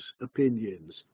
opinions